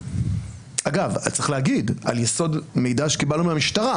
אגב צריך להגיד על יסוד מידע שקיבלנו מהמשטרה,